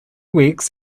weeks